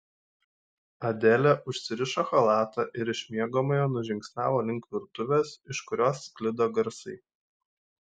adelė užsirišo chalatą ir iš miegamojo nužingsniavo link virtuvės iš kurios sklido garsai